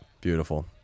beautiful